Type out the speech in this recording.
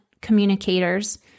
communicators